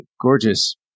gorgeous